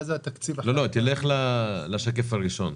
מה זה התקציב --- לא, תלך לשקף הראשון.